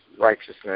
righteousness